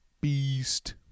beast